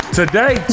today